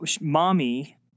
Mommy